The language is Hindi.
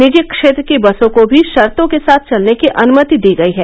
निजी क्षेत्र की बसों को भी शर्तो के साथ चलने की अनुमति दी गयी है